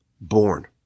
born